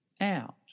out